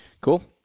cool